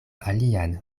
alian